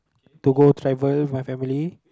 to go travel with my family